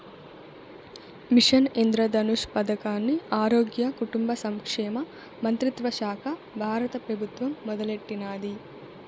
machine Indradhanush పదకాన్ని ఆరోగ్య, కుటుంబ సంక్షేమ మంత్రిత్వశాక బారత పెబుత్వం మొదలెట్టినాది